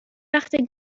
وقته